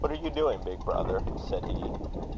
what are you doing, big brother? said he